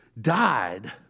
died